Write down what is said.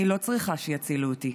אני לא צריכה שיצילו אותי.